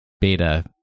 Beta